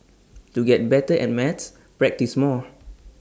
to get better at maths practise more